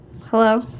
Hello